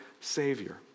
Savior